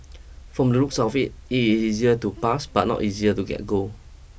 from the looks of it it is easier to pass but not easier to get gold